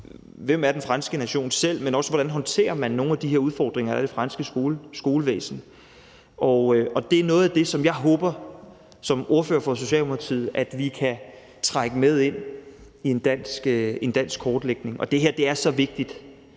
hvem den franske nation selv er, men også hvordan man håndterer nogle af de her udfordringer i det franske skolevæsen, og det er noget af det, som jeg som ordfører for Socialdemokratiet håber at vi kan trække med ind i en dansk kortlægning. Det her er så vigtigt,